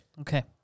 Okay